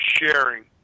sharing